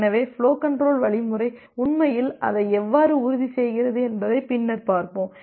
எனவே flow control வழிமுறை உண்மையில் அதை எவ்வாறு உறுதி செய்கிறது என்பதை பின்னர் பார்ப்போம்